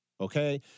okay